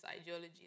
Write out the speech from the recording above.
ideologies